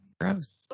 Gross